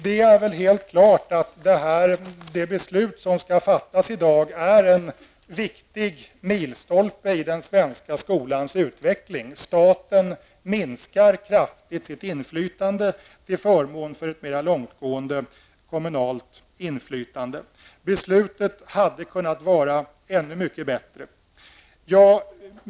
Det torde stå helt klart att det beslut som skall fattas i dag är en viktig milstolpe i den svenska skolans utveckling. Staten minskar kraftigt sitt inflytande till förmån för ett mer långtgående kommunalt inflytande. Beslutet hade dock kunnat vara ännu bättre.